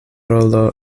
rolo